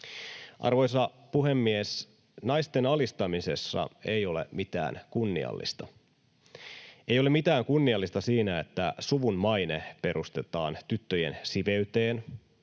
Arvoisa puhemies! Naisten alistamisessa ei ole mitään kunniallista. Ei ole mitään kunniallista siinä, että suvun maine perustetaan tyttöjen siveyteen